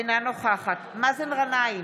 אינה נוכחת מאזן גנאים,